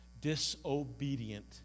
disobedient